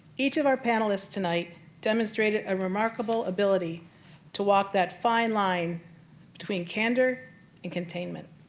each of our panelists tonight demonstrated a remarkable ability to walk that fine line between candor and containment.